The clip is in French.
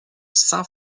saint